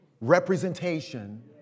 representation